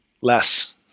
less